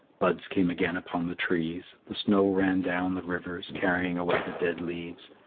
buds came again upon the trees the snow ran down the rivers, carrying away the dead leaves,